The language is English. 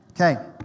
Okay